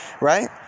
Right